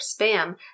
spam